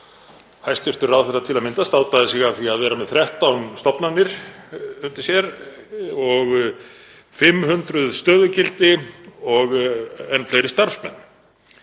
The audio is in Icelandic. Hæstv. ráðherra til að mynda státaði sig af því að vera með 13 stofnanir undir sér og 500 stöðugildi og enn fleiri starfsmenn.